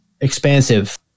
expansive